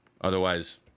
Otherwise